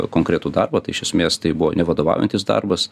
konkretų darbą tai iš esmės tai buvo ne vadovaujantis darbas